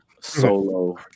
solo